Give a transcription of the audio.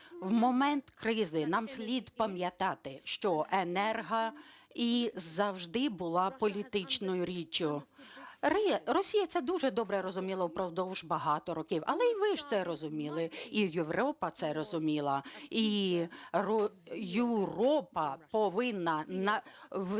В момент кризи нам слід пам’ятати, що енергія завжди була політичною річчю. Росія це дуже добре розуміла впродовж багатьох років, але і ви ж це розуміли, і Європа це розуміла, і Європа повинна прямувати